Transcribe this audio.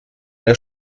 der